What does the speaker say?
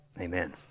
amen